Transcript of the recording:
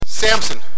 Samson